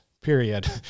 Period